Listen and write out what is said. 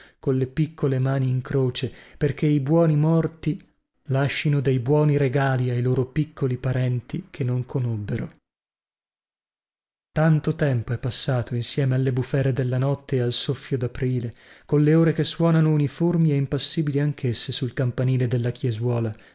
letto colle piccole mani in croce perchè i buoni morti lascino dei buoni regali ai loro piccoli parenti che non conobbero tanto tempo è passato insieme alle bufere della notte e al soffio daprile colle ore che scorrono uniformi e impassibili anchesse sul campanile della chiesuola